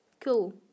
cool